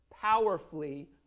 powerfully